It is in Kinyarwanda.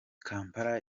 kampala